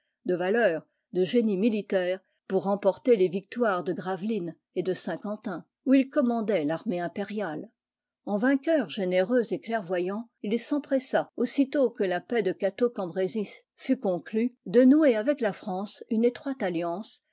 de valeur de génie militaire pour remporter les victoires de gravelines et de saint-quentin i digitized by google où il commandait l'armée impériale en vainqueur généreux et clairvoyant il s'empressa aussitôt que la paix de catcau cambresis fut conclue de nouer avec la france une étroite alliance